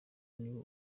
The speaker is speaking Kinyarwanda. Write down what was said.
niwo